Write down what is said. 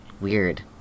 weird